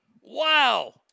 Wow